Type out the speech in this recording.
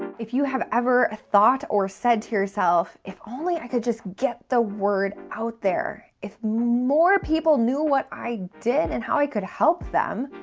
if you have ever thought or said to yourself, if only i could just get the word out there. if more people knew what i did and how i could help them,